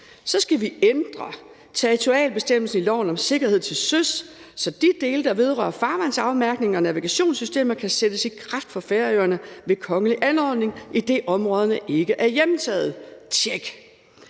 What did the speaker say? Så skal vi ændre territorialbestemmelsen i loven om sikkerhed til søs, så de dele, der vedrører farvandsafmærkningerne og navigationssystemer kan sættes i kraft på Færøerne ved kongelig anordning, idet områderne ikke er hjemtaget. Vi